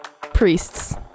Priests